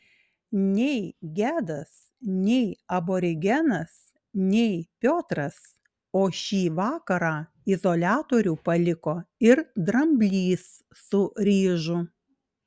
nei gedas nei aborigenas nei piotras o šį vakarą izoliatorių paliko ir dramblys su ryžu